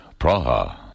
Praha